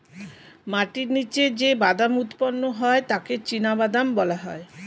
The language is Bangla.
মাটির নিচে যে বাদাম উৎপন্ন হয় তাকে চিনাবাদাম বলা হয়